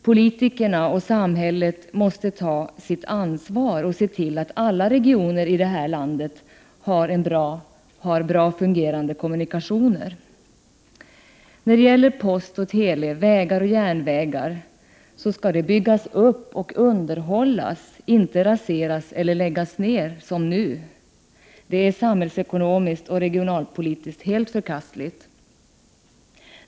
Politikerna och samhället måste ta sitt ansvar och se till, att alla regioner i det här landet har bra fungerande kommunikationer. Postoch teleförbindelser, vägar och järnvägar skall byggas upp och underhållas, inte raseras eller läggas ner som nu. Det är samhällsekonomiskt och regionalpolitiskt förkastligt.